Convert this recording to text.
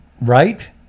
right